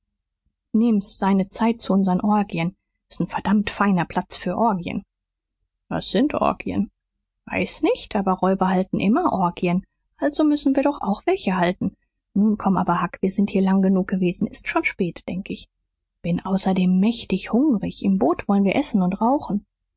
nehmen's seiner zeit zu unsern orgien s ist ein verdammt feiner platz für orgien was sind orgien weiß nicht aber räuber halten immer orgien also müssen wir doch auch welche halten nun komm aber huck wir sind hier lang genug gewesen s ist schon spät denk ich bin außerdem mächtig hungrig im boot wolln wir essen und rauchen